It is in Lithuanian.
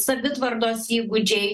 savitvardos įgūdžiai